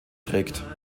trägt